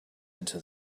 into